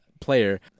player